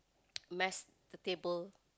mess the table